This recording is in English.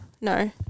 No